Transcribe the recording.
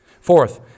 Fourth